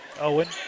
Owen